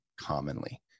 commonly